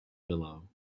below